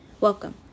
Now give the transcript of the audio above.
Welcome